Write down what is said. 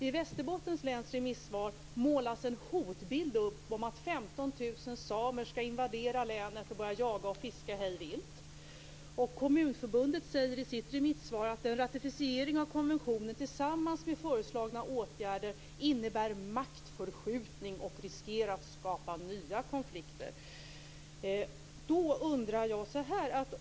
I Västerbottens läns remissvar målas en hotbild upp om att 15 000 samer ska invadera länet och börja jaga och fiska hej vilt. Kommunförbundet säger i sitt remissvar att en ratificering av konventionen, tillsammans med föreslagna åtgärder, innebär maktförskjutning och riskerar att skapa nya konflikter.